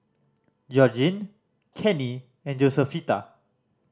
Georgine Kenney and Josefita